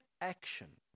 action